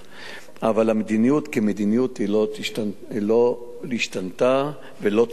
אבל המדיניות כמדיניות לא השתנתה ולא תשתנה.